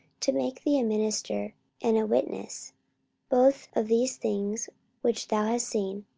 to make thee a minister and a witness both of these things which thou hast seen,